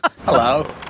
hello